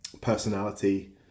personality